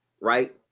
right